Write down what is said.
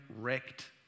wrecked